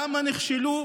למה נכשלו?